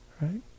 right